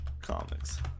Comics